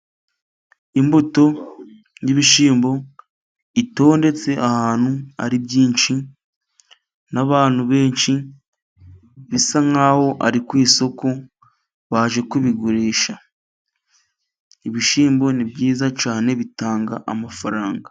Imbuto y'ibishyimbo itondetse ahantu hari byinshi n'abantu benshi, bisa nkaho ari ku isoko baje kubigurisha. Ibishyimbo ni byiza cyane bitanga amafaranga.